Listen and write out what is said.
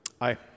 Aye